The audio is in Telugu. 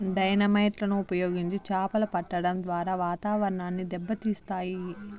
డైనమైట్ లను ఉపయోగించి చాపలు పట్టడం ద్వారా వాతావరణాన్ని దెబ్బ తీస్తాయి